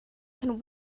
can